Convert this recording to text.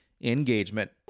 Engagement